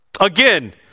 Again